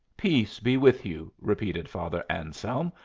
peace be with you! repeated father anselm,